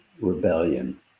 rebellion